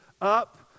up